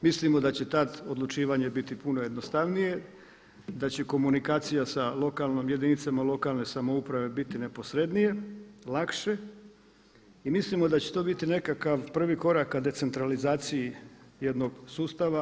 Mislimo da će tada odlučivanje biti puno jednostavnije, da će komunikacija sa jedinicama lokalne samouprave biti neposrednije, lakše i mislimo da će to biti nekakav prvi korak k decentralizaciji jednog sustava.